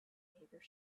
behaviour